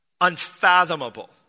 unfathomable